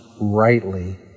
rightly